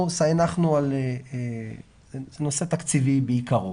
אנחנו סמכנו על נושא תקציבי בעיקרו